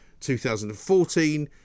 2014